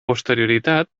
posterioritat